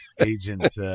Agent